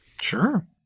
Sure